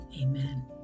Amen